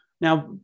Now